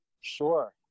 Sure